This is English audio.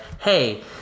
hey